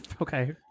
Okay